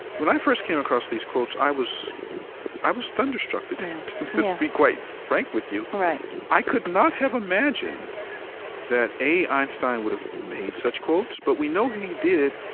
when i first came across these quotes, i was i was thunderstruck, to to and be quite frank with you. i could not have imagined that, a, einstein would have made such quotes, but we know he did,